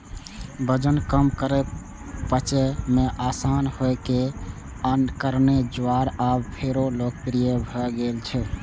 वजन कम करै, पचय मे आसान होइ के कारणें ज्वार आब फेरो लोकप्रिय भए गेल छै